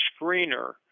screener